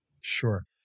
Sure